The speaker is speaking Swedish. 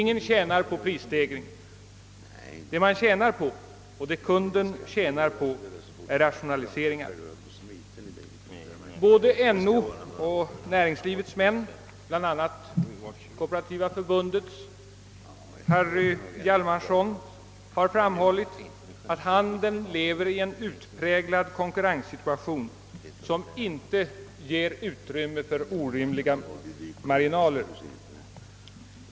Ingen tjänar på prisstegringen. Det man tjänar på, och det kunden tjänar på, är rationaliseringar. Både NO och näringslivets män, bl.a. Kooperativa förbundets Harry Hjalmarson, har framhållit, att handeln lever i en ut-- präglad konkurrenssituation, som inte ger utrymme för orimliga marginaler.